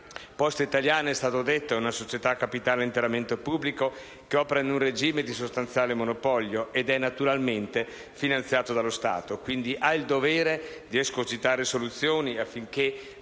Poste Italiane - è stato detto - è una società a capitale interamente pubblico che opera in un regime di sostanziale monopolio ed è naturalmente finanziata dallo Stato. Quindi, ha il dovere di escogitare soluzioni affinché